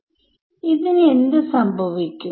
സ്പേസിലെ ഓരോ പോയിന്റും കൊണ്ട് വേർതിരിച്ചിരിക്കുന്നു